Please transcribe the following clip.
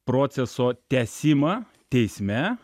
proceso tęsimą teisme